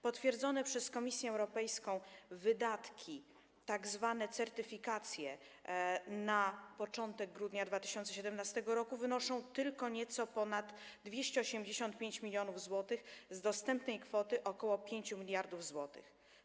Potwierdzone przez Komisję Europejską wydatki, tzw. certyfikacje, na początek grudnia 2017 r. wynoszą tylko nieco ponad 285 mln zł z dostępnej kwoty ok. 5 mld zł.